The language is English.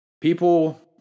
people